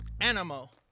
Animal